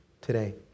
today